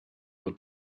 your